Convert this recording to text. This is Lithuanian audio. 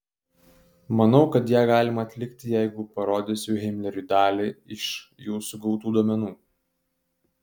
manau kad ją galima atlikti jeigu parodysiu himleriui dalį iš jūsų gautų duomenų